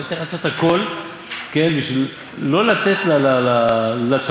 אתה צריך לעשות הכול כדי לא לתת לטעות,